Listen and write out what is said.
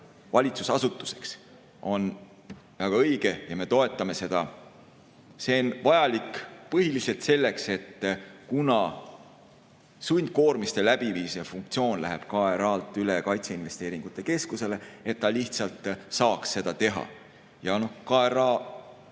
valitsusasutuseks – on väga õige ja me toetame seda. See on vajalik põhiliselt selleks, et kuna sundkoormiste läbiviimise funktsioon läheb KRA-lt üle kaitseinvesteeringute keskusele, et ta lihtsalt saaks seda teha. KRA